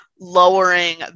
lowering